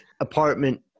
apartment